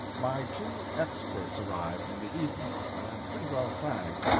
my two experts arrived in the evening, and pretty well fagged,